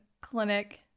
Clinic